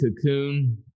Cocoon